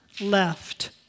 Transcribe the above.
left